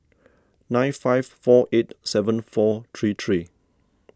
nine five four eight seven four three three